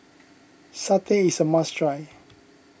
Satay is a must try